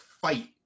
fight